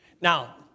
Now